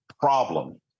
problem